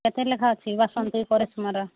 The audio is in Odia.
କେତେ ଲେଖା ଅଛି ବାସନ୍ତୀ କରିସ୍ମାର